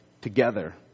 together